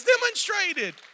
demonstrated